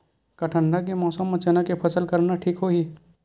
का ठंडा के मौसम म चना के फसल करना ठीक होही?